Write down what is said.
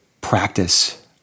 practice